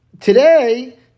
today